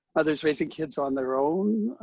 mothers raising kids on their own,